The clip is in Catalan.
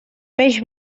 peix